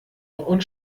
und